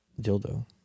dildo